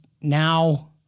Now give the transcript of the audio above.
now